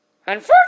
Unfortunately